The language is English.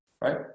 right